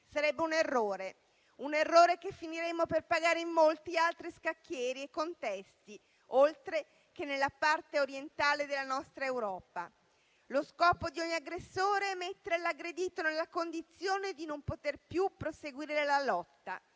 Sarebbe un errore, che finiremmo per pagare in molti altri scacchieri e contesti, oltre che nella parte orientale della nostra Europa. Lo scopo di ogni aggressore è mettere l'aggredito nella condizione di non poter più proseguire la lotta.